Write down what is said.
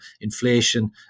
inflation